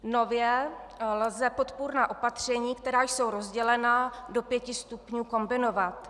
Nově lze podpůrná opatření, která jsou rozdělena do pěti stupňů, kombinovat.